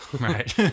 Right